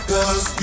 Cause